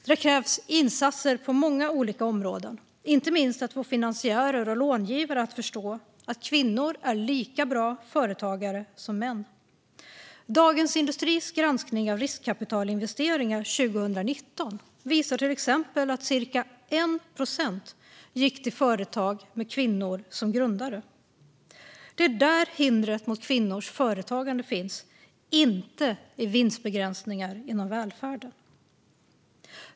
Det krävs insatser på många olika områden, inte minst för att få finansiärer och långivare att förstå att kvinnor är lika bra företagare som män. Dagens industris granskning av riskkapitalinvesteringar 2019 visar till exempel att cirka 1 procent gick till företag med kvinnor som grundare. Det är där hindret mot kvinnors företagande finns, inte i vinstbegränsningar inom välfärden.